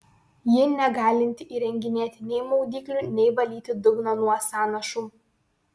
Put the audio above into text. ji negalinti įrenginėti nei maudyklių nei valyti dugno nuo sąnašų